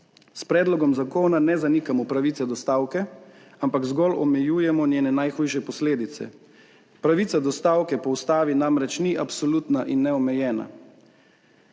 S predlogom zakona ne zanikamo pravice do stavke, ampak zgolj omejujemo njene najhujše posledice. Pravica do stavke po ustavi namreč ni absolutna in neomejena.